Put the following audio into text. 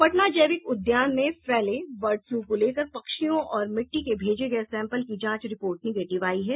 पटना जैविक उद्यान में फैले बर्ड फ्लू को लेकर पक्षियों और मिट्टी के भेजे गये सैंपल की जांच रिपोर्ट निगेटिव आयी है